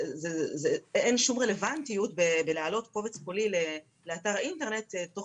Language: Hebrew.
אין שום רלוונטיות להעלות קובץ קולי לאתר האינטרנט בתוך